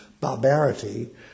barbarity